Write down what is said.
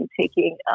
taking